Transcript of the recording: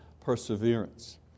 perseverance